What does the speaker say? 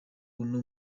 uno